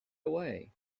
away